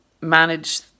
manage